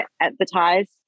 advertise